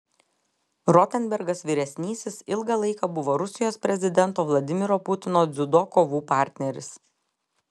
rotenbergas vyresnysis ilgą laiką buvo rusijos prezidento vladimiro putino dziudo kovų partneris